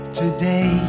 today